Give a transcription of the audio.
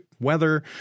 weather